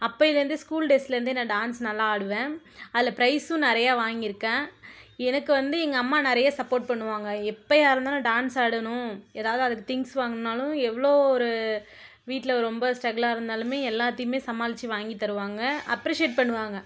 அப்போயிலேருந்து school டேஸ்லேருந்தே நான் dance நல்லா ஆடுவேன் அதில் ப்ரைஸும் நிறைய வாங்கிருக்கேன் எனக்கு வந்து எங்கள் அம்மா நிறைய சப்போர்ட் பண்ணுவாங்க எப்போயா இருந்தாலும் டான்ஸ் ஆடணும் ஏதாவது அதுக்கு திங்ஸ் வாங்கணும்னாலும் எவ்வளோ ஒரு வீட்டில் ரொம்ப ஸ்ட்ரகுலா இருந்தாலுமே எல்லாத்தையுமே சமாளித்து வாங்கி தருவாங்க அப்ரிஷியேட் பண்ணுவாங்க